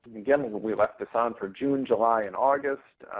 and again, we left this on for june, july, and august.